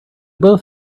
both